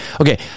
Okay